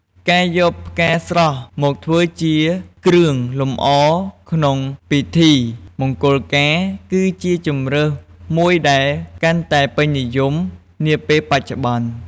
ការយកផ្កាស្រស់ មកធ្វើជាគ្រឿងលម្អក្នុងពិធីមង្គលការ គឺជាជម្រើសមួយដែលកាន់តែពេញនិយមនាពេលបច្ចុប្បន្ន ។